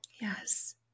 Yes